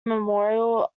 memorial